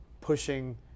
pushing